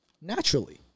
naturally